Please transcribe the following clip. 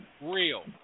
real